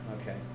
Okay